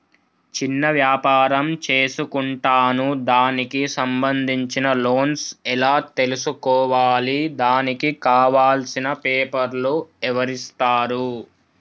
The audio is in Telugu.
చిన్న వ్యాపారం చేసుకుంటాను దానికి సంబంధించిన లోన్స్ ఎలా తెలుసుకోవాలి దానికి కావాల్సిన పేపర్లు ఎవరిస్తారు?